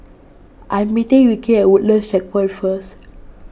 I am meeting Ricky at first